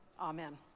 Amen